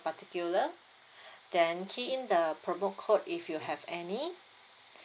particular then key in the promo code if you have any